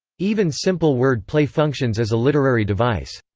even simple word play functions as a literary device.